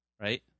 right